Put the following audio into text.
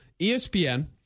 ESPN